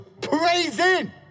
praising